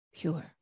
pure